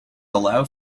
allow